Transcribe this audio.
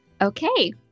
Okay